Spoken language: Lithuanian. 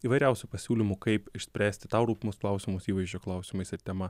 įvairiausių pasiūlymų kaip išspręsti tau rūpimus klausimus įvaizdžio klausimais ir tema